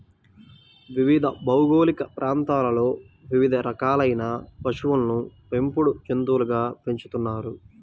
వివిధ భౌగోళిక ప్రాంతాలలో వివిధ రకాలైన పశువులను పెంపుడు జంతువులుగా పెంచుతున్నారు